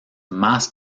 más